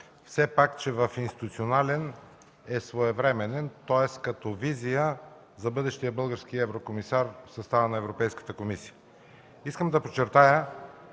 все пак, че в институционален, е своевременен, тоест като визия за бъдещия еврокомисар в състава на Европейската комисия. Искам да подчертая,